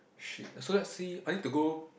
shit so let's see I need to go